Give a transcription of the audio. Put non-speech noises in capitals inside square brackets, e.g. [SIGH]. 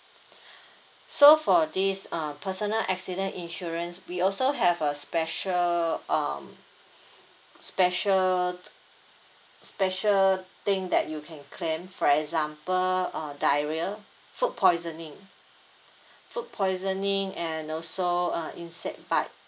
[BREATH] so for this uh personal accident insurance we also have a special um special special thing that you can claim for example uh diarrhea food poisoning food poisoning and also uh insect bite